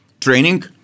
training